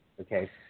okay